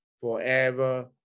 forever